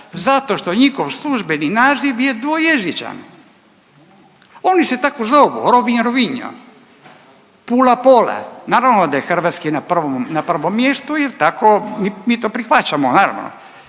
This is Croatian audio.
Zato što njihov službeni naziv je dvojezičan, oni se tako zovu Rovinj-Rovigno, Pula-Pola. Naravno da je hrvatski na prvom mjestu jer tako mi to prihvaćamo naravno.